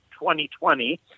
2020